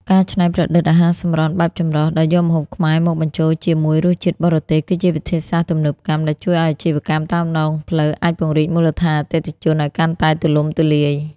ការច្នៃប្រឌិត អាហារសម្រន់បែបចម្រុះ ដោយយកម្ហូបខ្មែរមកបញ្ចូលជាមួយរសជាតិបរទេស គឺជាវិធីសាស្ត្រទំនើបកម្មដែលជួយឱ្យអាជីវកម្មតាមដងផ្លូវអាចពង្រីកមូលដ្ឋានអតិថិជនឱ្យកាន់តែទូលំទូលាយ។